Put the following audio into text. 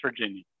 virginia